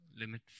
Limit